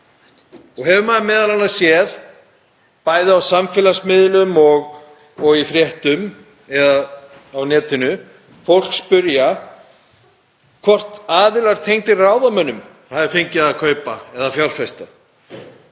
hefur m.a. séð bæði á samfélagsmiðlum og í fréttum og á netinu fólk spyrja hvort aðilar tengdir ráðamönnum hafi fengið að kaupa eða fjárfesta,